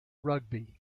rugby